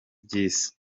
byiza